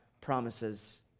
promises